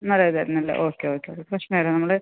നല്ലത് തന്നല്ലേ okay okay അപ്പം പ്രശ്നമില്ല നമ്മൾ